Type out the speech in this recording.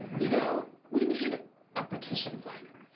you know, we need a petition signer.